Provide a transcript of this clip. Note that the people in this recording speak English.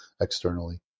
externally